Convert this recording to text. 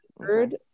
third